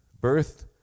birth